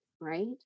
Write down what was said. right